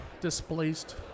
displaced